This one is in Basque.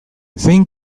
zein